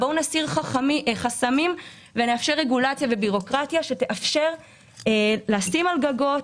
בואו נסיר חסמים ונאפשר רגולציה ובירוקרטיה שתאפשר לשים על גגות